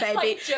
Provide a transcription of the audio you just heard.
baby